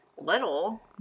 little